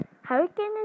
Hurricane